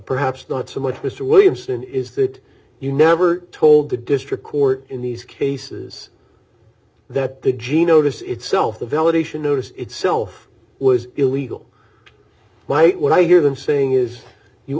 perhaps not so much mr williamson is that you never told the district court in these cases that the genome has itself the validation notice itself was illegal white when i hear them saying is you